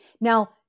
Now